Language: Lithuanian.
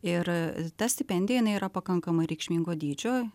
ir ta stipendija jinai yra pakankamai reikšmingo dydžio